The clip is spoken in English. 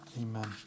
Amen